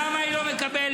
למה היא לא מקבלת?